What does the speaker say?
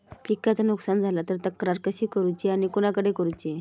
पिकाचा नुकसान झाला तर तक्रार कशी करूची आणि कोणाकडे करुची?